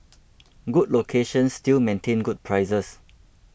good locations still maintain good prices